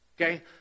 okay